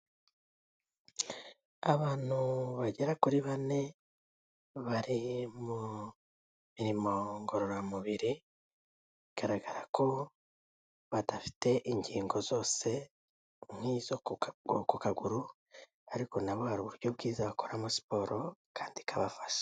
Abantu bagera kuri bane bari mu mirimo ngororamubiri, bigaragara ko badafite ingingo zose nk'izo ku kaguru ariko nabo hari uburyo bwiza bakoramo siporo kandi ikabafasha.